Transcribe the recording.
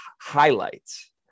highlights